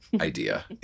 idea